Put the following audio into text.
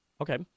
Okay